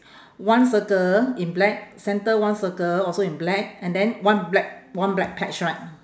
one circle in black centre one circle also in black and then one black one black patch right